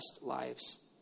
lives